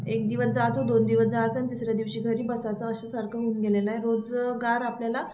एक दिवस जायचं दोन दिवस जायचं आणि तिसऱ्या दिवशी घरी बसायचं अशासारखं होऊन गेलेला आहे रोजगार आपल्याला